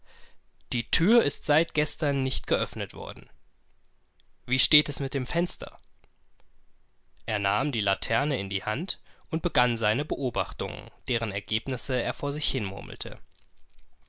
die tür wurde seit gestern nacht nicht geöffnet wie sieht es mit dem fenster aus er brachte die laterne dort hin und murmelte seine beobachtungen vor sich hin